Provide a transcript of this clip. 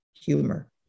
humor